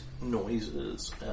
noises